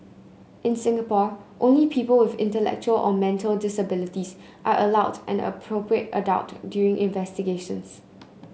in Singapore only people with intellectual or mental disabilities are allowed an appropriate adult during investigations